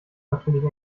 natürlich